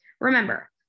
Remember